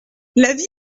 l’avis